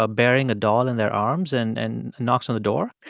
ah bearing a doll in their arms, and and knocks on the door?